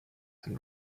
and